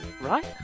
right